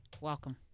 Welcome